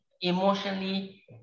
emotionally